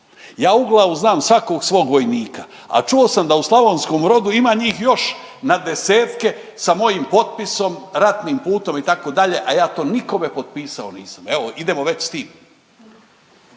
Ja u glavu znam svakog svog vojnika, a čuo sam da u slavonskom rodu ima njih još na desetke sa mojim potpisom, ratnim putom, itd. a ja to nikome potpisao nisam. Evo, idemo već s tim.